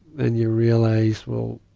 and you realize, well,